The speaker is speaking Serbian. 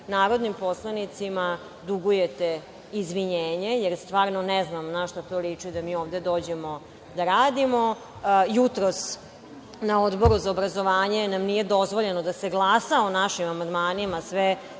narodnim poslanicima dugujete izvinjenje, jer stvarno ne znam na šta to liči da mi ovde dođemo da radimo. Jutros na Odboru za obrazovanje nam nije dozvoljeno da se glasa o našim amandmanima, a sve